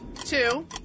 Two